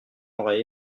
aurait